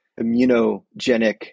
immunogenic